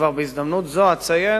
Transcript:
בהזדמנות זאת אציין,